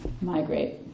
migrate